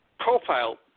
profile